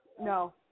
No